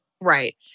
Right